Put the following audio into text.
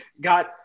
got –